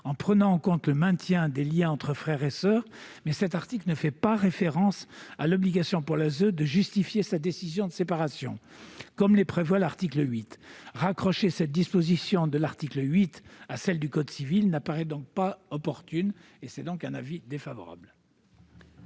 en prenant en compte le maintien des liens entre frères et soeurs, mais il ne fait pas référence à l'obligation pour l'ASE de justifier sa décision de séparation, comme le prévoit l'article 8. Raccrocher cette disposition de l'article 8 à celle du code civil n'apparaît donc pas opportun. Par conséquent, l'avis est défavorable.